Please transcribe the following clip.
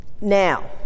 Now